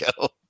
go